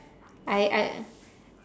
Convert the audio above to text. I I